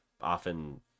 often